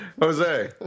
Jose